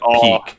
peak